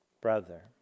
brother